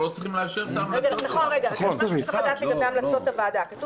אנחנו לא צריכים לאשר את ההמלצות של הוועדה הציבורית.